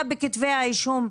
ירידה בכתבי האישום?